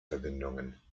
verbindungen